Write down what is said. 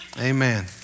Amen